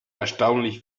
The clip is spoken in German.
erstaunlich